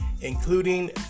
including